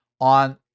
on